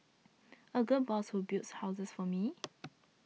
a gal boss who builds houses for me